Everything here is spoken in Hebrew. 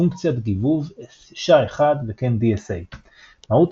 פונקציית גיבוב SHA-1 וכן DSA. מהות